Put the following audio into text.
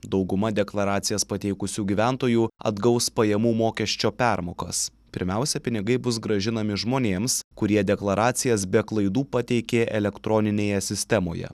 dauguma deklaracijas pateikusių gyventojų atgaus pajamų mokesčio permokas pirmiausia pinigai bus grąžinami žmonėms kurie deklaracijas be klaidų pateikė elektroninėje sistemoje